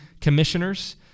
commissioners